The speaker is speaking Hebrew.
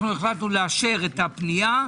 החלטנו לאשר את הפנייה.